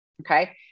Okay